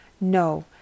No